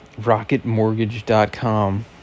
Rocketmortgage.com